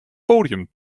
podium